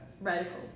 Radical